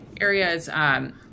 areas